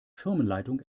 firmenleitung